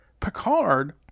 Picard